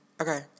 Okay